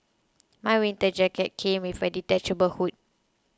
my winter jacket came with a detachable hood